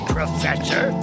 Professor